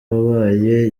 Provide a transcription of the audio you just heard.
wabaye